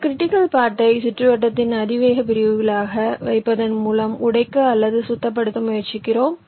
ஒரு கிரிட்டிக்கல் பாத்தை சுற்றுவட்டத்தின் அதிவேக பிரிவுகளாக வைப்பதன் மூலம் உடைக்க அல்லது சுத்தப்படுத்த முயற்சிக்கிறோம்